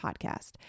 podcast